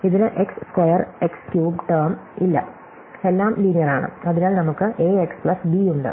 ഇതിന് x square x cube term ഇല്ല എല്ലാം ലീനിയർ ആണ് അതിനാൽ നമുക്ക് a x പ്ലസ് b ഉണ്ട്